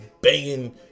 banging